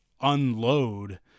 unload